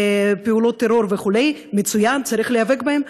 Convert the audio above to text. פעולות טרור וכו' מצוין, צריך להיאבק בהם.